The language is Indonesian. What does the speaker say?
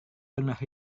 pernah